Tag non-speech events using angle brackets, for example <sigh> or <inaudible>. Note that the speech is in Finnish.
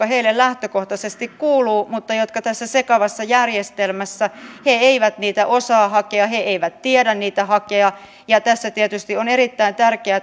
<unintelligible> heille lähtökohtaisesti kuuluvat mutta joita tässä sekavassa järjestelmässä eivät osaa tai tiedä hakea ja tässä tietysti on erittäin tärkeää <unintelligible>